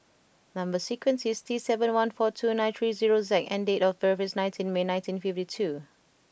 number sequence is T seven one four two nine three zero Z and date of birth is nineteen May nineteen fifty two